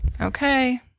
Okay